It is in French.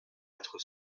être